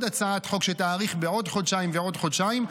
הצעת חוק שתאריך בעוד חודשיים ובעוד חודשיים.